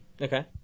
Okay